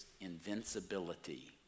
invincibility